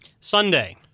Sunday